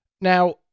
Now